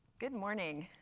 good morning.